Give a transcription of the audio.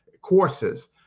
courses